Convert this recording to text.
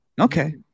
Okay